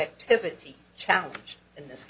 activity challenge in this